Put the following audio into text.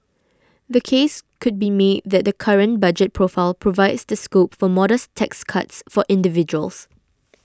the case could be made that the current budget profile provides the scope for modest tax cuts for individuals